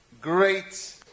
great